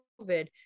COVID